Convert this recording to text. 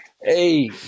Hey